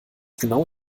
genau